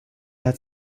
had